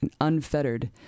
unfettered